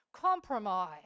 Compromise